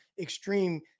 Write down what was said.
extreme